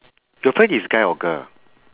your friend is guy or girl